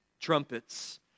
trumpets